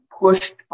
pushed